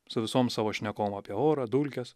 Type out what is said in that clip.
su visom savo šnekom apie orą dulkes